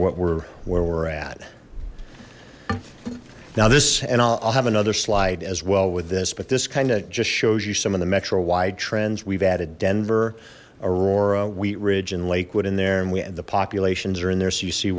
what we're where we're at now this and i'll have another slide as well with this but this kind of just shows you some of the metro wide trends we've added denver aurora wheat ridge and lakewood in there and we had the populations are in there so you see